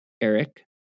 Eric